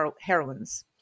heroines